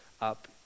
up